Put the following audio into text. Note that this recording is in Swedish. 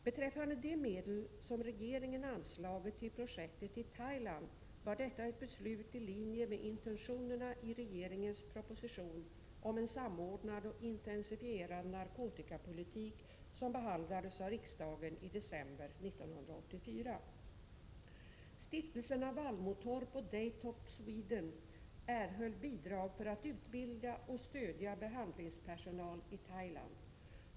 Beträffande de medel som regeringen anslagit till projektet i Thailand var detta ett beslut i linje med intentionerna i regeringens proposition om en samordnad och intensifierad narkotikapolitik som behandlades av riksdagen i december 1984. Stiftelserna Vallmotorp och Daytop Sweden erhöll bidrag för att utbilda och stödja behandlingspersonal i Thailand.